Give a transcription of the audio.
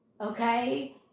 okay